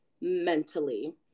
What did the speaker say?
mentally